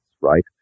right